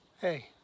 Hey